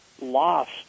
lost